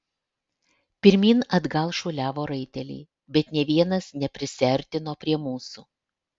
pirmyn atgal šuoliavo raiteliai bet nė vienas neprisiartino prie mūsų